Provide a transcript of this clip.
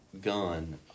gun